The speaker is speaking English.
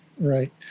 Right